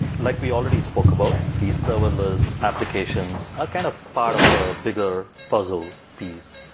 like we already spoke about, these serverless applications are kind of part of a bigger puzzle piece,